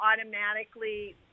automatically